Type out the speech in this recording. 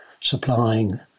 supplying